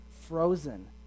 frozen